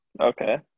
Okay